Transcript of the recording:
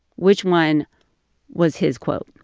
which one was his quote?